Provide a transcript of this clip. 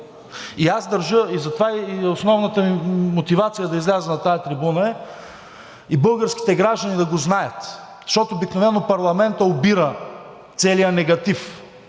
И аз държа, и това е и основната ми мотивация да изляза на тази трибуна, и българските граждани да го знаят, защото обикновено парламентът обира целия негатив